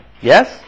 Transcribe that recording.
Yes